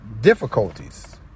difficulties